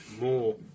more